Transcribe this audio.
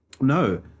no